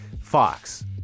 Fox